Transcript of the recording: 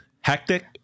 hectic